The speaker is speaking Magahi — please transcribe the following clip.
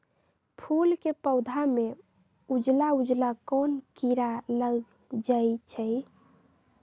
फूल के पौधा में उजला उजला कोन किरा लग जई छइ?